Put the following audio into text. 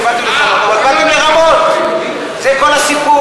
אמרתם שבאתם לשנות, אבל באתם לרמות, זה כל הסיפור.